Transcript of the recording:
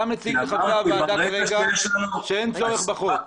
אתה אומר עכשיו לחברי הוועדה שאין צורך בחוק.